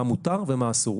מה מותר ומה אסור,